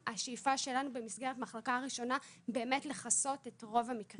השאיפה שלנו היא כמובן לכסות את רוב המקרים במסגרת "מחלקה ראשונה".